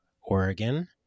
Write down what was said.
Oregon